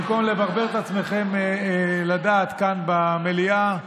במקום לברבר את בעצמכם לדעת כאן במליאה,